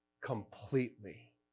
completely